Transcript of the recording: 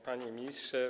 Panie Ministrze!